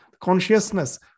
consciousness